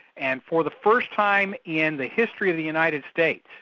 and for the first time in the history of the united states,